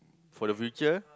for the future